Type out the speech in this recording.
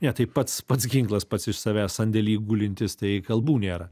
ne tai pats pats ginklas pats iš savęs sandėly gulintis tai kalbų nėra